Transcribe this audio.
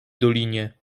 dolinie